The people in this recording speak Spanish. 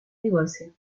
divorcio